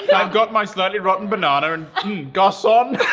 i've got my slightly rotten banana and. garcon?